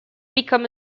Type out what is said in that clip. become